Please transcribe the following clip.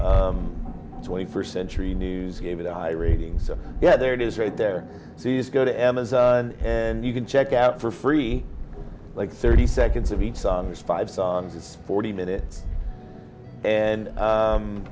twenty first century news gave it a high rating so yeah there it is right there so you go to amazon and you can check out for free like thirty seconds of each song has five songs it's forty minutes and